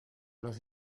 los